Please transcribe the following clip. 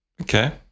Okay